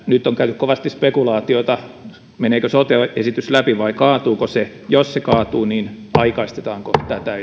nyt on käyty kovasti spekulaatioita meneekö sote esitys läpi vai kaatuuko se jos se kaatuu niin aikaistetaanko tätä